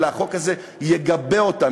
אלא החוק הזה יגבה אותן,